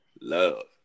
Love